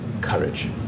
courage